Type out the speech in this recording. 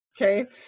Okay